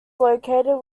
located